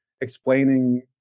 explaining